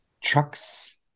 trucks